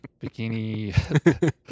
Bikini